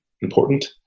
important